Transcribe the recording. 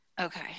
Okay